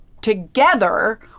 Together